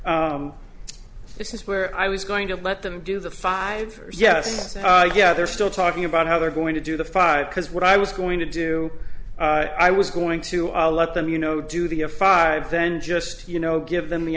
is where i was going to let them do the five yes yeah they're still talking about how they're going to do the five because what i was going to do i was going to i'll let them you know do the a five then just you know give them the